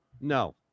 No